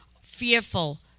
fearful